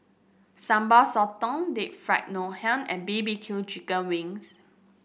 Sambal Sotong Deep Fried Ngoh Hiang and B B Q Chicken Wings